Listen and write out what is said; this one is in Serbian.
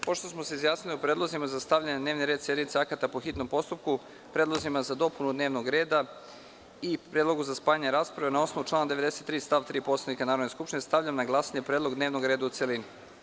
Pošto smo se izjasnili o predlozima za stavljanje na dnevni red sednice akata po hitnom postupku, predlozima za dopunu dnevnog reda i predlogu za spajanje rasprave na osnovu člana 93. stav 3. Poslovnika Narodne skupštine, stavljam na glasanje predlog dnevnog reda u celini.